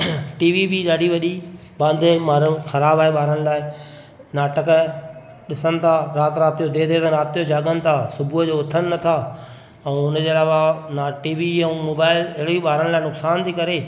T V बि ॾाढी वॾी बांदे मारऊं ख़राबु आहे ॿारनि लाइ नाटक ॾिसनि था राति राति जो देरि देरि ताईं जाॻनि था सुबूह जो उथनि न था ऐं उन जे अलावा टी वी ऐं मोबाइल अहिड़ी ॿारनि लाइ नुक़सान थी करे